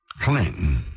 Clinton